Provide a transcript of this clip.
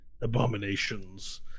abominations